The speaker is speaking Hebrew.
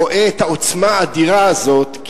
רואה את העוצמה האדירה הזאת,